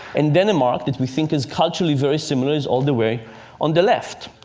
and denmark, which we think is culturally very similar, is all the way on the left.